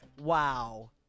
Wow